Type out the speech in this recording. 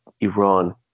Iran